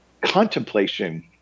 Contemplation